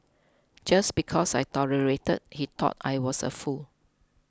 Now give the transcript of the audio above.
just because I tolerated he thought I was a fool